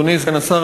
אדוני סגן השר,